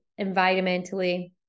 environmentally